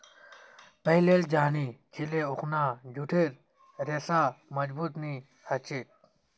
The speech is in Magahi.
पहिलेल जानिह छिले अखना जूटेर रेशा मजबूत नी ह छेक